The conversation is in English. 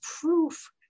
proof